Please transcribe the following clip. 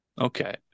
Okay